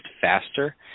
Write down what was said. faster